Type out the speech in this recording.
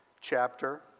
chapter